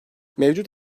mevcut